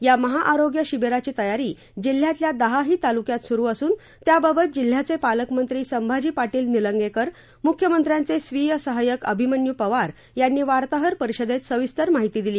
या महाआरोग्य शिबिराची तयारी जिल्ह्यातल्या दहाही तालुक्यात सुरु असुन त्याबाबत जिल्ह्याचे पालकमंत्री संभाजी पाटील निलंगेकर मुख्यमंत्र्याचे स्वीय साहाय्यक अभिमन्यु पवार यांनी वर्ताहर परिषदेत सविस्तर माहिती दिली